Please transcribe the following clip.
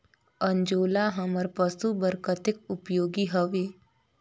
अंजोला हमर पशु बर कतेक उपयोगी हवे?